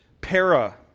Para